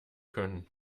können